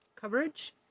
coverage